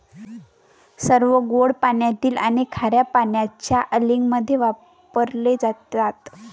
सर्व गोड पाण्यातील आणि खार्या पाण्याच्या अँलिंगमध्ये वापरले जातात